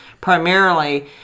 primarily